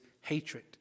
hatred